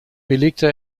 belegte